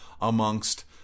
amongst